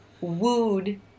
wooed